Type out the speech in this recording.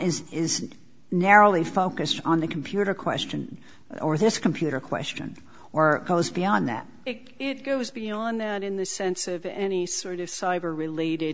is narrowly focused on the computer question or this computer question or goes beyond that it goes beyond that in the sense of any sort of cyber related